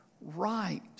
right